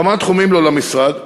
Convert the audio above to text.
כמה תחומים לו למשרד: